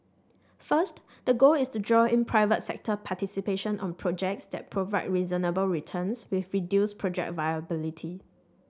first the goal is to draw in private sector participation on projects that provide reasonable returns with reduced project volatility